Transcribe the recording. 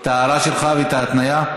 את ההערה שלך ואת ההתניה.